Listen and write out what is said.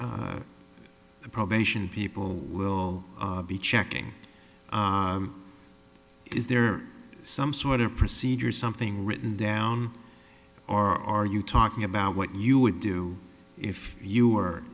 probation people will be checking is there some sort of procedure something written down or are you talking about what you would do if you were